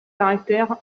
caractères